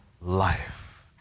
life